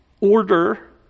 order